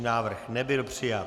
Návrh nebyl přijat.